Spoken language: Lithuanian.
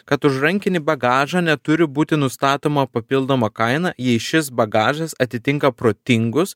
kad už rankinį bagažą neturi būti nustatoma papildoma kaina jai šis bagažas atitinka protingus